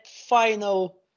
final